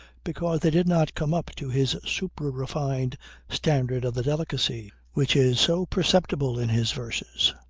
because they did not come up to his supra-refined standard of the delicacy which is so perceptible in his verses.